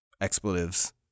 expletives